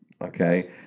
okay